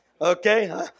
Okay